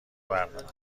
بردارم